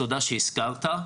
תודה שהזכרת,